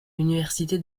l’université